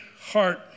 heart